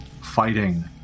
fighting